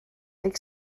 deg